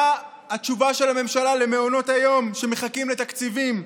מה התשובה של הממשלה למעונות היום שמחכים לתקציבים?